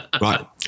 Right